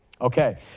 Okay